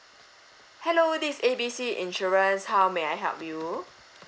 hello this is A B C insurance how may I help you